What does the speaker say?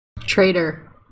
Traitor